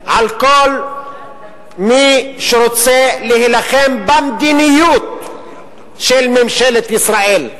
על כל מי שרוצה להילחם במדיניות של ממשלת ישראל.